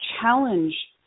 challenge